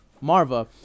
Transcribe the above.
Marva